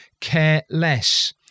careless